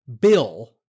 bill